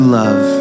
love